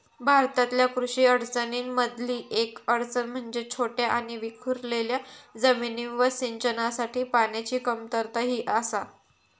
भारतातल्या कृषी अडचणीं मधली येक अडचण म्हणजे छोट्या आणि विखुरलेल्या जमिनींवर सिंचनासाठी पाण्याची कमतरता ही आसा